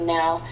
now